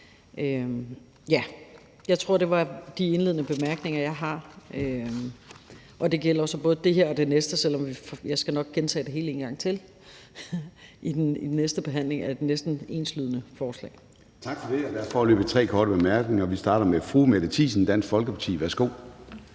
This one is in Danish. Jeg tror, det var de indledende bemærkninger, jeg har, og det gælder jo så både det her forslag og det næste, selv om jeg nok skal gentage det hele i den næste behandling af et næsten enslydende forslag. Kl. 14:13 Formanden (Søren Gade): Tak for det. Der er foreløbig tre med korte bemærkninger, og vi starter med fru Mette Thiesen, Dansk Folkeparti. Værsgo.